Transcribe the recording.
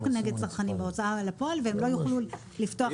כנגד צרכנים בהוצאה לפועל והם לא יוכלו לפתוח תיקים.